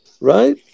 right